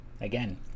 again